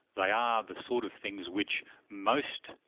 they are the sort of things which most,